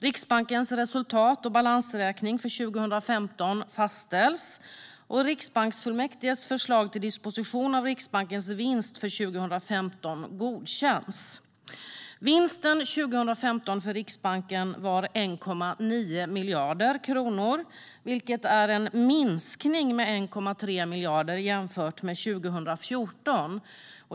Riksbankens resultat och balansräkning för 2015 fastställs, och Riksbanksfullmäktiges förslag till disposition av Riksbankens vinst för 2015 godkänns. Riksbankens vinst för 2015 var 1,9 miljarder kronor, vilket är en minskning med 1,3 miljarder jämfört med 2014.